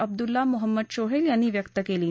अब्दल्ला मोहम्मद शोहेल यांनी व्यक्त केली आहे